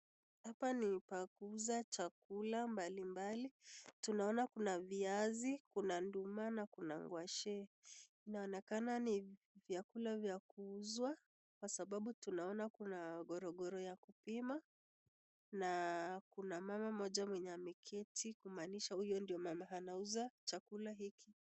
Hapa ni pa kuuza chakula mbalimbali, tunaona kuna viazi, kuna nduma na kuna ngwashe, inaonekana ni vyakula vya kuuzwa kwasababu tunaona kuna korokoro ya kupima na kuna mama mmoja mwenye ameketi kumanisha huyo ndio mama anauza chakula hiki.